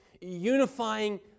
unifying